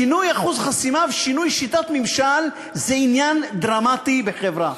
שינוי אחוז חסימה ושינוי שיטת ממשל זה עניין דרמטי בחברה.